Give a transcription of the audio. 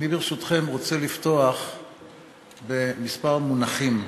אני, ברשותכם, רוצה לפתוח בכמה מונחים,